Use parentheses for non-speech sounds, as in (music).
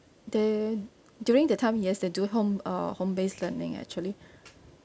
they during that time yes they do home uh home based learning actually (breath)